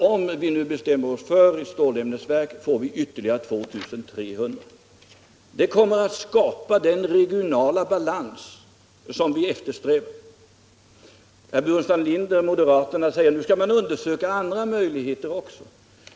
Om vi nu bestämmer oss för ett stålämnesverk, får vi ytterligare 2 300. Det kommer att medverka till att skapa den regionala balans som vi eftersträvar. Herr Burenstam Linder och moderaterna säger att nu skall man undersöka andra möjligheter också.